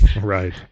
Right